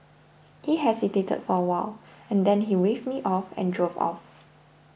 he hesitated for a while and then he waved me off and drove off